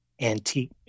antique